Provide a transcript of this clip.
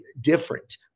different